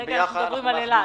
כרגע אנחנו מדברים על אילת.